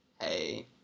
Hey